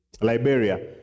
Liberia